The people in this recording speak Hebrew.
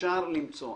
אפשר למצוא.